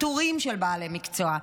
פיטורים של בעלי מקצוע,